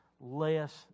less